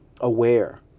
aware